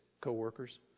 Co-workers